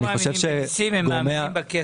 הם לא מאמינים בניסים הם מאמינים בכסף.